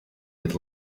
with